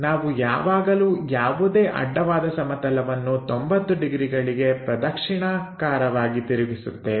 ನಾವು ಯಾವಾಗಲೂ ಯಾವುದೇ ಅಡ್ಡವಾದ ಸಮತಲವನ್ನು 90 ಡಿಗ್ರಿಗಳಿಗೆ ಪ್ರದಕ್ಷಿಣಾಕಾರವಾಗಿ ತಿರುಗಿಸುತ್ತೇವೆ